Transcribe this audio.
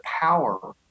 power